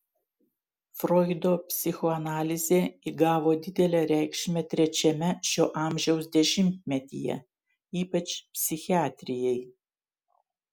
froido psichoanalizė įgavo didelę reikšmę trečiame šio amžiaus dešimtmetyje ypač psichiatrijai